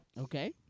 Okay